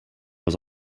was